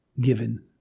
given